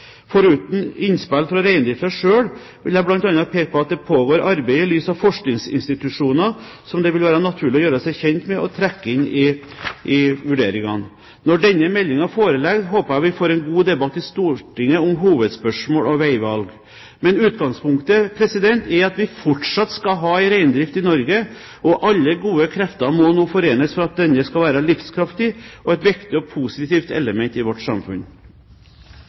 Foruten innspill fra reindriften selv vil jeg bl.a. peke på at det pågår arbeid i lys av forskningsinstitusjoner som det vil være naturlig å gjøre seg kjent med og trekke inn i vurderingene. Når denne meldingen foreligger, håper jeg vi får en god debatt i Stortinget om hovedspørsmål og veivalg. Men utgangspunktet er at vi fortsatt skal ha reindrift i Norge, og alle gode krefter må nå forenes for at denne skal være livskraftig og et viktig og positivt element i vårt samfunn.